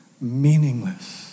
meaningless